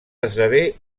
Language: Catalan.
esdevé